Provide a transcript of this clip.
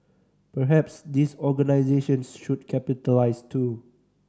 perhaps these organisations should capitalise too